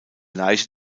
leiche